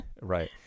Right